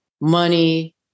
Money